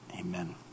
Amen